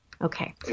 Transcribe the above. okay